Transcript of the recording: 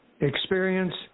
experience